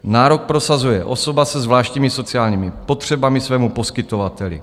Nárok prosazuje osoba se zvláštními sociálními potřebami svému poskytovateli.